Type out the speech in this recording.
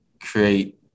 create